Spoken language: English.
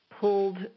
pulled